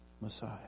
Messiah